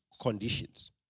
conditions